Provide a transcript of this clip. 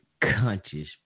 conscious